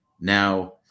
Now